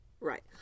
Right